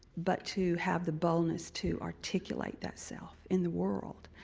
but to have the boldness to articulate that self in the world.